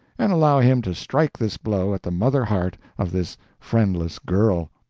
and allow him to strike this blow at the mother-heart of this friendless girl.